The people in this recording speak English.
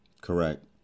Correct